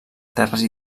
terres